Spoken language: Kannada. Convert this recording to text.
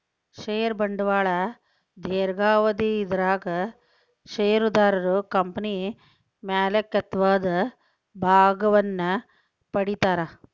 ಷೇರ ಬಂಡವಾಳ ದೇರ್ಘಾವಧಿ ಇದರಾಗ ಷೇರುದಾರರು ಕಂಪನಿ ಮಾಲೇಕತ್ವದ ಭಾಗವನ್ನ ಪಡಿತಾರಾ